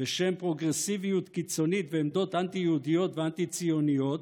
בשם פרוגרסיביות קיצונית ועמדות אנטי-יהודיות ואנטי-ציוניות,